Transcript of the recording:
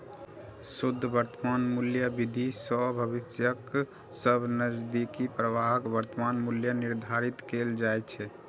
शुद्ध वर्तमान मूल्य विधि सं भविष्यक सब नकदी प्रवाहक वर्तमान मूल्य निर्धारित कैल जाइ छै